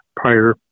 prior